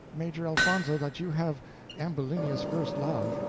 major elfonzo, that you have ambulinia's first love,